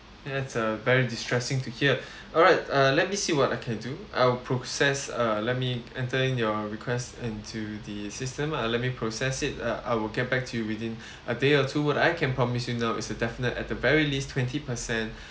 that's uh very distressing to hear alright uh let me see what I can do I will process uh let me enter in your request into the system uh let me process it uh I will get back to you within a day or two what I can promise you now is a definite at the very least twenty percent